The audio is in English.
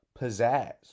pizzazz